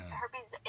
herpes